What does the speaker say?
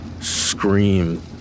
scream